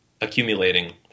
accumulating